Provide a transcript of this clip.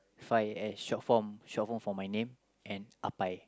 Fai short form short form for my name and Ahpai